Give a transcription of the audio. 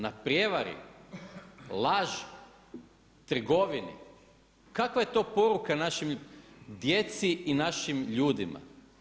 Na prijevari, laži, trgovine, kakva je to poruka našoj djeci i našim ljudima.